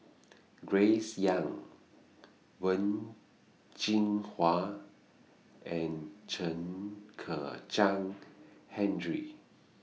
Grace Young Wen Jinhua and Chen Kezhan Henri